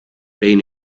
been